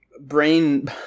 brain